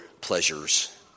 pleasures